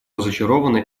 разочарованы